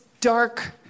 dark